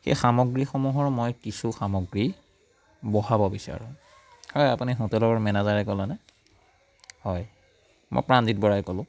সেই সামগ্ৰীসমূহৰ মই কিছু সামগ্ৰী বঢ়াব বিচাৰোঁ হয় আপুনি হোটেলৰ মেনেজাৰে ক'লেনে হয় মই প্ৰাণজিত বৰাই ক'লোঁ